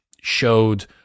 showed